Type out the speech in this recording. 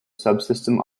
subsystem